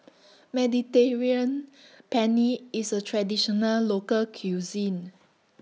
Mediterranean Penne IS A Traditional Local Cuisine